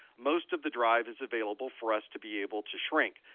most of the drive is available for us to be able to shrink.